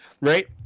right